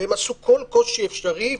והם עשו כל קושי אפשרי,